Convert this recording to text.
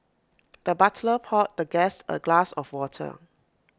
the butler poured the guest A glass of water